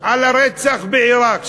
על הרצח בעיראק?